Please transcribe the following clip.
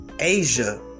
Asia